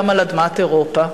גם על אדמת אירופה.